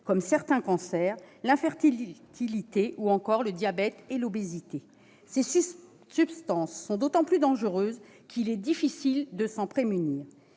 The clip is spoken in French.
comme certains cancers, l'infertilité ou encore le diabète et l'obésité. Ces substances sont d'autant plus dangereuses qu'il est difficile de s'en prémunir.